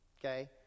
Okay